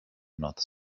north